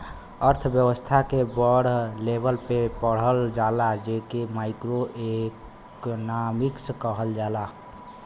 अर्थव्यस्था के बड़ लेवल पे पढ़ल जाला जे के माइक्रो एक्नामिक्स कहल जाला